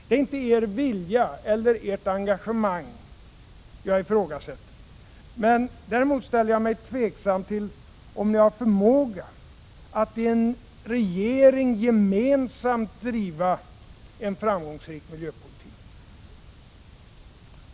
Det är inte er vilja eller ert engagemang jag ifrågasätter, men jag ställer mig tveksam till om ni har förmåga att i en regering gemensamt driva en framgångsrik miljöpolitik.